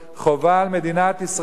חובה על מדינת ישראל,